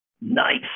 Nice